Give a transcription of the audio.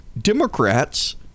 Democrats